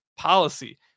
Policy